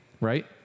right